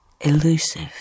elusive